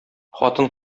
хатын